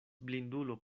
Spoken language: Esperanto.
blindulo